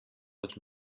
kot